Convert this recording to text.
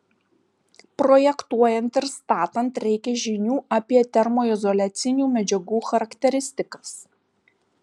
projektuojant ir statant reikia žinių apie termoizoliacinių medžiagų charakteristikas